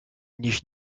nichent